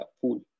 pool